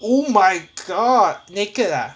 oh my god naked ah